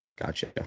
Gotcha